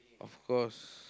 of course